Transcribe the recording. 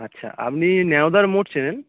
আচ্ছা আপনি ন্যাওদার মোর চেনেন